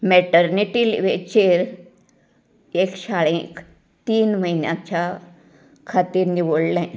maternity लिवेचेर एक शाळेंत तीन म्हयन्यांच्या खातीर निवडलें